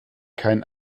keinen